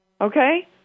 Okay